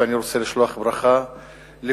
ואני רוצה לשלוח ברכה לכולן.